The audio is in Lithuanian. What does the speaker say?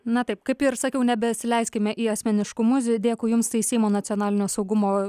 na taip kaip ir sakiau nebesileiskime į asmeniškumus dėkui jums tai seimo nacionalinio saugumo